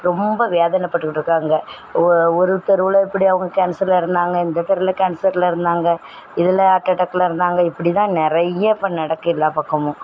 ரொம்ப வேதனைப்பட்டுக்கிட்டு இருக்காங்க ஓ ஒருத்தர் ஊரில் இப்படி அவங்க கேன்சரில் இறந்தாங்க இந்த தெருவில் கேன்சரில் இறந்தாங்க இதில் ஹார்ட் அட்டாக்கில் இறந்தாங்க இப்படிதான் நிறைய இப்போ நடக்குது எல்லா பக்கமும்